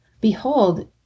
Behold